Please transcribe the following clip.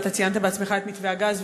אתה ציינת בעצמך את מתווה הגז,